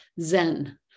zen